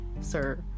Sir